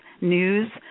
news